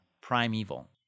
Primeval